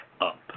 up